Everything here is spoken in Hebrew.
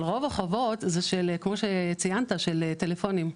אבל רוב החובות זה כמו שציינת, של טלפונים.